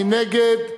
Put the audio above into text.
מי נגד?